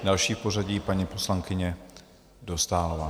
Další v pořadí je paní poslankyně Dostálová.